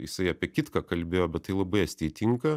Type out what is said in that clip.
jisai apie kitką kalbėjo bet tai labai estijai tinka